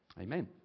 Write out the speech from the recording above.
Amen